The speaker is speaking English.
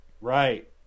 right